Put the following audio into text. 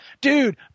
dude